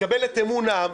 תקבל את אמון העם,